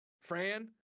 Fran